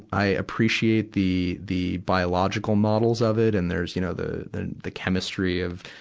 i appreciate the, the biological models of it. and there's, you know, the, the the chemistry of,